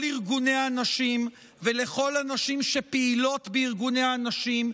ארגוני הנשים ולכל הנשים שפעילות בארגוני הנשים,